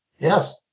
Yes